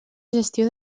gestió